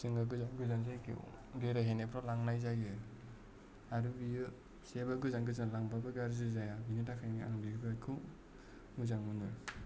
जोङो गोजान गोजान जायगायाव बेराय हैनायफ्राव लांनाय जायो आरो बेयो जेबो गोजान गोजान लांबाबो गाज्रि जाया बिनि थाखायनो आं बे बाइकखौ मोजां मोनो